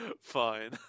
fine